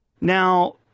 Now